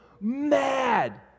mad